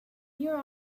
here